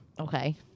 Okay